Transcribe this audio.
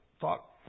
talk